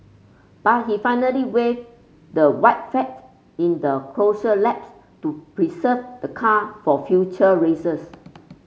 but he finally waved the white fact in the closure laps to preserve the car for future races